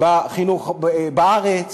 בחינוך בארץ,